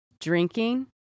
drinking